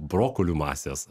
brokolių masės